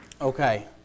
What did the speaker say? Okay